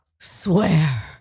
Swear